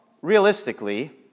realistically